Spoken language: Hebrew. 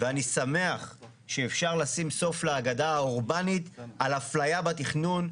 ואני שמח שאפשר לשים סוף לאגדה האורבנית על אפליה בתכנון.